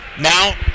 Now